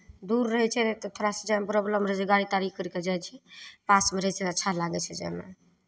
दूर रहै छै तऽ थोड़ा सा जायमे प्रोबलम रहै छै गाड़ी ताड़ी करि कऽ जाइ छी पासमे रहै छै अच्छा लागै छै जायमे